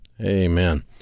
amen